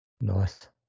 Nice